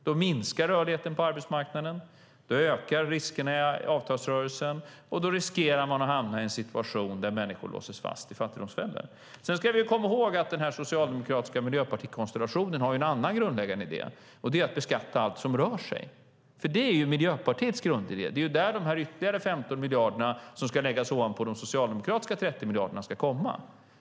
Då minskar rörligheten på arbetsmarknaden, då ökar riskerna i avtalsrörelsen och då riskerar man att hamna i en situation där människor låses fast i fattigdomsfällor. Vi ska komma ihåg att den socialdemokratiska miljöpartikonstellationen har en annan grundläggande idé - att beskatta allt som rör sig. Det är Miljöpartiets grundidé. Det är där de ytterligare 15 miljarder som ska läggas ovanpå de socialdemokratiska 30 miljarderna ska komma.